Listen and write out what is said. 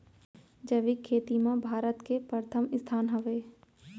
जैविक खेती मा भारत के परथम स्थान हवे